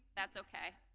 that's okay.